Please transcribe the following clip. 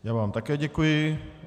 Já vám také děkuji.